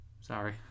sorry